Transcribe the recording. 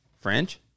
French